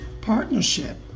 partnership